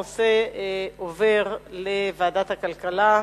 הנושא עובר לוועדת הכלכלה.